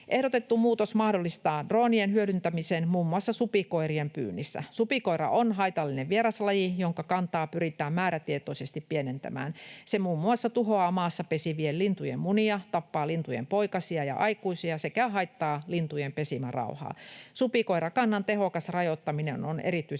Ehdotettu muutos mahdollistaa droonien hyödyntämisen muun muassa supikoirien pyynnissä. Supikoira on haitallinen vieraslaji, jonka kantaa pyritään määrätietoisesti pienentämään. Se muun muassa tuhoaa maassa pesivien lintujen munia, tappaa lintujen poikasia ja aikuisia sekä haittaa lintujen pesimärauhaa. Supikoirakannan tehokas rajoittaminen on erityisen